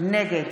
נגד